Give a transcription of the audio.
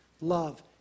love